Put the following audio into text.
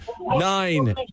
nine